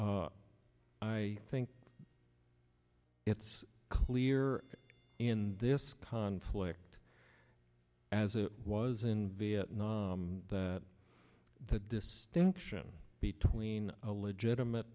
i think it's clear in this conflict as it was in vietnam that the distinction between a legitimate